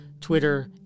Twitter